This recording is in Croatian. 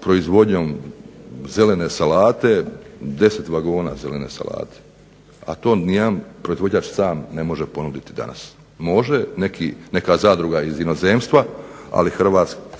proizvodnjom zelene salate 10 vagona zelene salate, a to nijedan proizvođač sam ne može ponuditi danas. Može neka zadruga iz inozemstva, ali